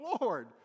Lord